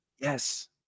Yes